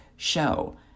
show